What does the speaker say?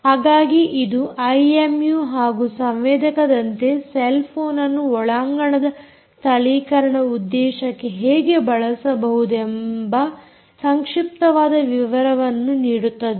ಹಾಗಾಗಿ ಇದು ಐಎಮ್ಯೂ ಹಾಗೂ ಸಂವೇದಕದಂತೆ ಸೆಲ್ ಫೋನ್ಅನ್ನು ಒಳಾಂಗಣದ ಸ್ಥಳೀಕರಣ ಉದ್ದೇಶಕ್ಕೆ ಹೇಗೆ ಬಳಸಬಹುದೆಂಬ ಸಂಕ್ಷಿಪ್ತವಾದ ವಿವರವನ್ನು ನೀಡುತ್ತದೆ